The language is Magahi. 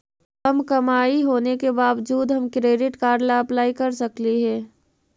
कम कमाई होने के बाबजूद हम क्रेडिट कार्ड ला अप्लाई कर सकली हे?